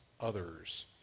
others